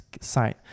side